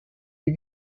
die